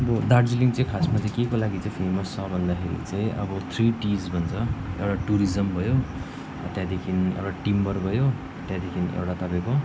अब दार्जिलिङ चाहिँ खासमा चाहिँ केको लागि चाहिँ फेमस छ भन्दाखेरि चाहिँ अबो थ्री टिज भन्छ एउटा टुरिजम भयो त्यहाँदेखिन एउरा टिम्बर भयो त्यादेखि ए़उटा तपाईँको